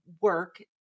work